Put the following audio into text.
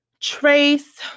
Trace